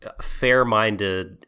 fair-minded